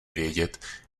vědět